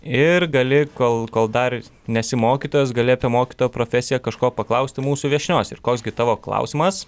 ir gali kol kol dar nesi mokytojas gali apie mokytojo profesiją kažko paklausti mūsų viešnios ir koks gi tavo klausimas